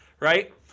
Right